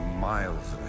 Miles